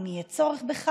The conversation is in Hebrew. אם יהיה בכך צורך.